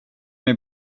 mig